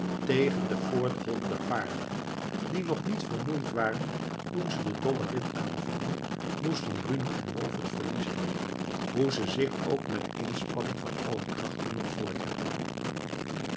tegen de voorthollende paarden die nog niet vermoeid waren toen ze den dollen rit aanvingen moeten bruno en wolf het verliezen hoe ze zich ook met inspanning van alle krachten nog voortreppen